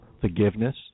forgiveness